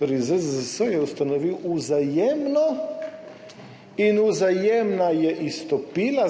ZZZS je ustanovil Vzajemno in Vzajemna je izstopila